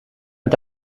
met